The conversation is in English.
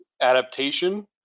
adaptation